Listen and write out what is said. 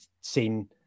seen